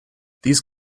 these